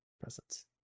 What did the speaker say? presence